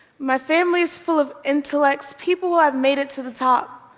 my family is full of intellects, people who have made it to the top.